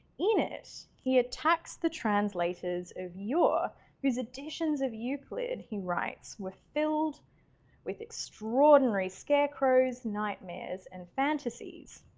in it, he attacks the translators of yore whose editions of euclid, he writes, were filled with extraordinary scarecrows, nightmares and fantasies.